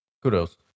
kudos